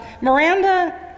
Miranda